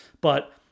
But-